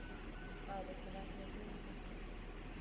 हर इक फैसिलिटी होंदी